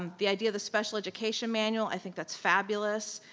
um the idea of a special education manual, i think that's fabulous.